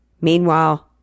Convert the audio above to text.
Meanwhile